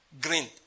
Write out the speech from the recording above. green